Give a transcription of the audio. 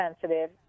sensitive